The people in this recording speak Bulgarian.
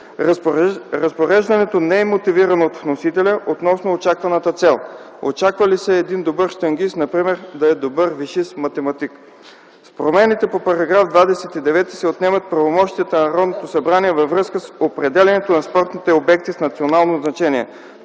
Разпореждането не е мотивирано от вносителя относно очакваната цел – очаква ли се един добър щангист например да е добър висшист-математик. С промените по § 29, се отнемат правомощията на Народното събрание във връзка с определянето на спортните обекти с национално значения